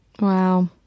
Wow